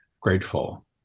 grateful